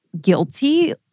guilty